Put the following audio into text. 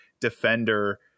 defender